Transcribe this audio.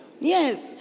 Yes